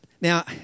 Now